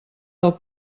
del